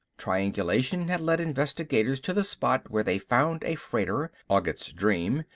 triangulation had lead investigators to the spot where they found a freighter, ogget's dream,